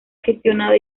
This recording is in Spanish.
gestionada